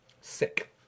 Sick